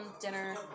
dinner